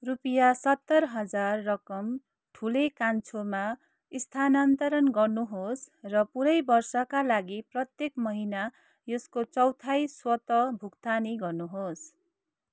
रुपियाँ सत्तर हजार रकम ठुले कान्छोमा स्थानान्तरण गर्नुहोस् र पुरै वर्षका लागि प्रत्येक महिना यसको चौथाइ स्वत भुक्तानी गर्नुहोस्